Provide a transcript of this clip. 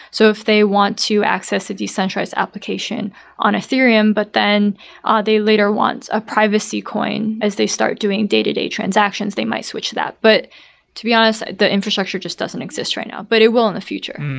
so if they want to access a decentralized application on ethereum but then ah they later want a privacy coin as they start doing day-to-day transactions, they might switch that. but to be honest, the infrastructure just doesn't exist right now, but it will in the future.